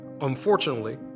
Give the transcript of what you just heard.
Unfortunately